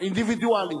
אינדיבידואלית.